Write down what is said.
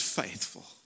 faithful